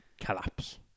collapse